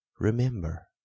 Remember